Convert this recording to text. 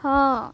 ହଁ